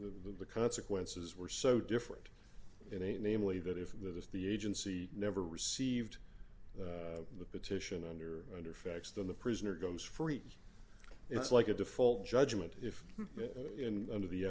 the consequences were so different in a namely that if that is the agency never received the petition under under facts then the prisoner goes free and it's like a default judgment if in under the